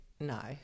no